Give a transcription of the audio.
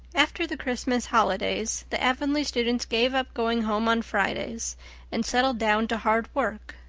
after the christmas holidays the avonlea students gave up going home on fridays and settled down to hard work.